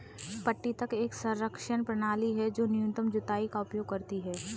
पट्टी तक एक संरक्षण प्रणाली है जो न्यूनतम जुताई का उपयोग करती है